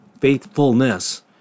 faithfulness